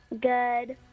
Good